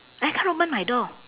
I can't open my door